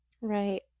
Right